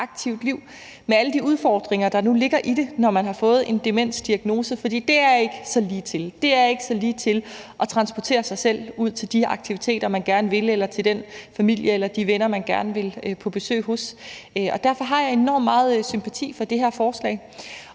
med alle de udfordringer, der nu ligger i det, når man har fået en demensdiagnose, for det er ikke så ligetil. Det er ikke så ligetil at transportere sig selv ud til de aktiviteter, man gerne vil deltage i, eller til den familie eller de venner, man gerne vil på besøg hos. Og derfor har jeg enormt meget sympati for det her forslag.